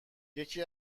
یکی